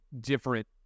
different